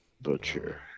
Butcher